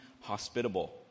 hospitable